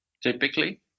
typically